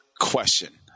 question